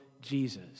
Jesus